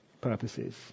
purposes